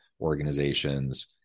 organizations